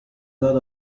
lot